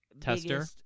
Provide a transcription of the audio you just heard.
tester